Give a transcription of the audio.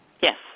Yes